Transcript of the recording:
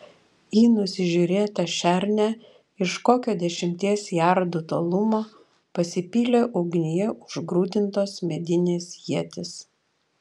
į nusižiūrėtą šernę iš kokio dešimties jardų tolumo pasipylė ugnyje užgrūdintos medinės ietys